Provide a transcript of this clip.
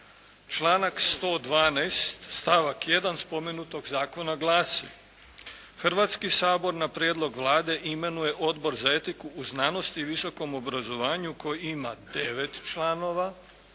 Članak 112. stavak 1. spomenutog zakona glasi Hrvatski sabor na prijedlog Vlade imenuje Odbor za etiku u znanosti i visokom obrazovanju koji ima 9 članova,